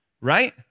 right